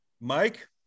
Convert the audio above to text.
Mike